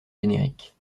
génériques